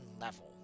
level